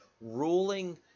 ruling